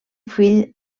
fill